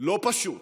לא פשוט,